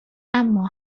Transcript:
اما